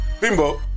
Bimbo